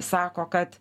sako kad